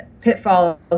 pitfalls